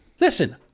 Listen